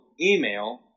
email